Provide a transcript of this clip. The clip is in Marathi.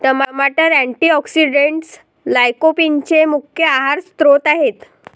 टमाटर अँटीऑक्सिडेंट्स लाइकोपीनचे मुख्य आहार स्त्रोत आहेत